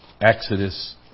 Exodus